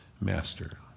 master